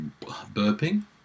burping